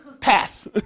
Pass